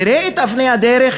תראה את אבני הדרך